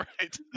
right